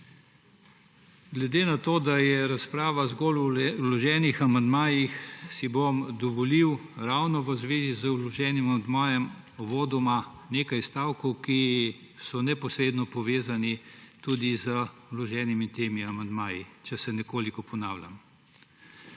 Glede na to, da je razprava zgolj o vloženih amandmajih, si bom uvodoma dovolil ravno v zvezi z vloženim amandmajem nekaj stavkov, ki so neposredno povezani z vloženimi amandmaji, čeprav se nekoliko ponavljam.